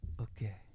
Okay